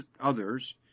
others